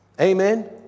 Amen